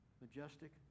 majestic